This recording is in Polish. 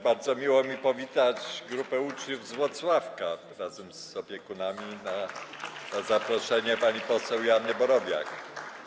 Bardzo miło mi powitać grupę uczniów z Włocławka razem z opiekunami, którzy tu są na zaproszenie pani poseł Joanny Borowiak.